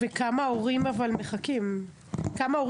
אבל כמה הורים מחכים לאמץ?